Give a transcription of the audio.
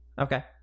Okay